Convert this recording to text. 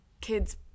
kids